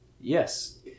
Yes